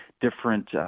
different